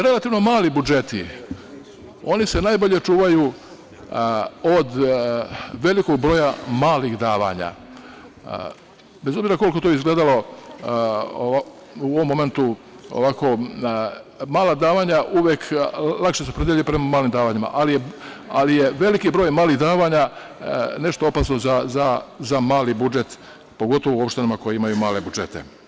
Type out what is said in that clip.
Relativno mali budžeti, oni se najbolje čuvaju od velikog broja malih davanja, bez obzira koliko to izgledalo u ovom momentu ovako, mala davanja uvek, lakše se opredeljuje prema malim davanjima, ali je veliki broj malih davanja nešto opasno za mali budžet, pogotovo u opštinama koje imaju male budžete.